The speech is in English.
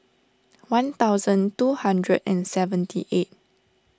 one thousand two hundred and seventy eight